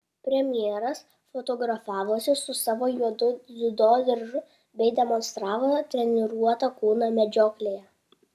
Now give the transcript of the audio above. premjeras fotografavosi su savo juodu dziudo diržu bei demonstravo treniruotą kūną medžioklėje